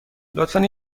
لطفا